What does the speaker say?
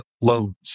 loans